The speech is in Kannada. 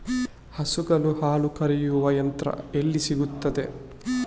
ಹಸುಗಳ ಹಾಲು ಕರೆಯುವ ಯಂತ್ರ ಎಲ್ಲಿ ಸಿಗುತ್ತದೆ?